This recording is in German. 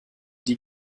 die